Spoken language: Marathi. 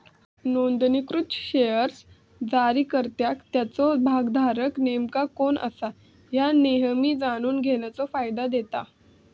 नोंदणीकृत शेअर्स जारीकर्त्याक त्याचो भागधारक नेमका कोण असा ह्या नेहमी जाणून घेण्याचो फायदा देता